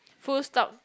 full stop